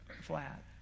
flat